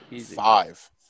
Five